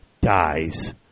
dies